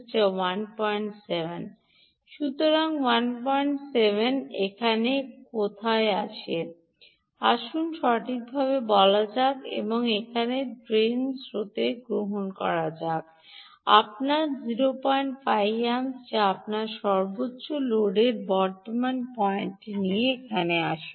যা 17 1 সুতরাং 17 এটি এখানে কোথাও আসে আসুন সঠিকভাবে বলা যাক এবং এখন ড্রেন স্রোত গ্রহণ করা যাক আপনার 05 এম্পস যা আপনার সর্বোচ্চ লোডের বর্তমান পয়েন্টটি এখানে আসে